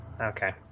Okay